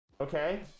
Okay